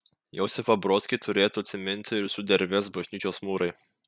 josifą brodskį turėtų atsiminti ir sudervės bažnyčios mūrai